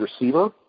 receiver